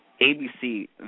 ABC